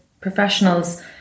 professionals